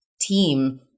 Team